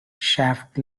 shaft